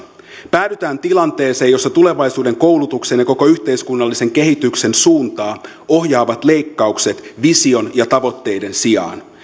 päädytään tilanteeseen jossa tulevaisuuden koulutuksen ja koko yhteiskunnallisen kehityksen suuntaa ohjaavat leikkaukset vision ja tavoitteiden sijaan